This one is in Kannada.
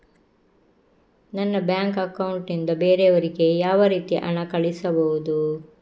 ನನ್ನ ಬ್ಯಾಂಕ್ ಅಕೌಂಟ್ ನಿಂದ ಬೇರೆಯವರಿಗೆ ಯಾವ ರೀತಿ ಹಣ ಕಳಿಸಬಹುದು?